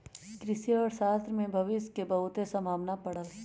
कृषि अर्थशास्त्र में भविश के बहुते संभावना पड़ल हइ